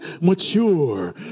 mature